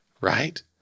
right